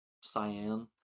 Cyan